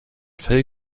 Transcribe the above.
fell